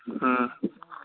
ꯑꯥ